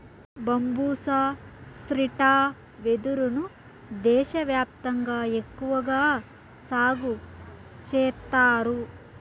బంబూసా స్త్రిటా వెదురు ను దేశ వ్యాప్తంగా ఎక్కువగా సాగు చేత్తారు